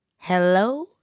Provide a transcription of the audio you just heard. hello